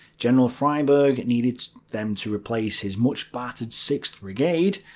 general freyberg needed them to replace his much battered sixth brigade,